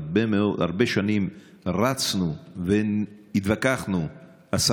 הרבה שנים רצנו והתווכחנו עם האוצר,